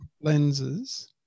lenses